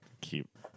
keep